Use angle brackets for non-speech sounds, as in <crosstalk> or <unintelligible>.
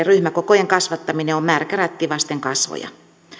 <unintelligible> ryhmäkokojen kasvattaminen on märkä rätti vasten kasvoja